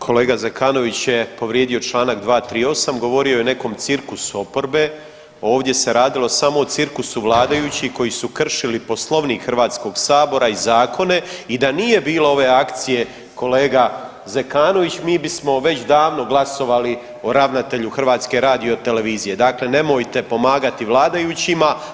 Kolega Zekanović je povrijedio čl. 238. govorio je o nekom cirkusu oporbe, ovdje se radilo samo o cirkusu vladajućih koji su kršili poslovnik HS-a i zakone i da nije bilo ove akcije kolega Zekanović mi bismo već davno glasovali o ravnatelju HRT-a, dakle, nemojte pomagati vladajućima.